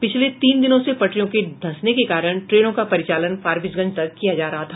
पिछले तीन दिनों से पटरियों के धंसने के कारण ट्रेनों का परिचालन फारबिसगंज तक किया जा रहा था